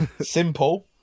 Simple